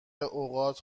اوقات